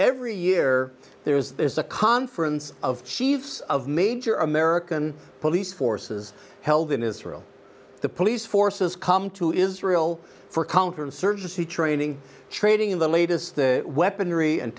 every year there is there's a conference of chiefs of major american police forces held in israel the police forces come to israel for counterinsurgency training training in the latest weaponry and